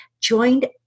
joined